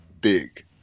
big